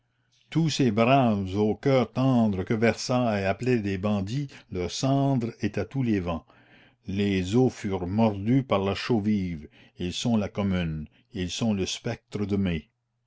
tous ces braves au cœur tendre que versailles appelait des bandits leur cendre est à tous les vents les os furent mordus par la chaux vive ils sont la commune ils sont le spectre de mai